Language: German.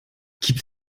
gibt